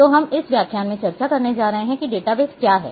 तो हम इस व्याख्यान में चर्चा करने जा रहे हैं कि डेटाबेस क्या है